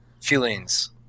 feelings